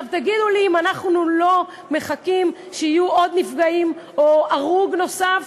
תגידו לי אם אנחנו לא מחכים שיהיו עוד נפגעים או הרוג נוסף